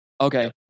Okay